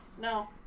No